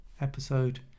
episode